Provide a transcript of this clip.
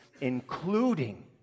including